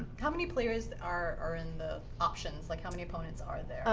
how many players are are in the options? like, how many opponents are there?